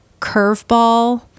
curveball